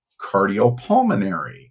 cardiopulmonary